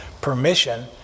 permission